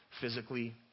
physically